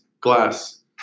Glass